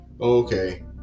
Okay